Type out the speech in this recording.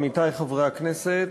עמיתי חברי הכנסת,